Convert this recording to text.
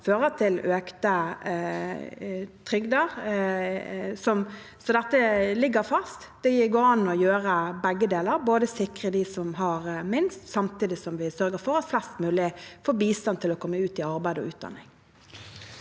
i Nav 3357 økte trygder. Så dette ligger fast. Det går an å gjøre begge deler, både sikre dem som har minst, og samtidig sørge for at flest mulig får bistand til å komme ut i arbeid og utdanning.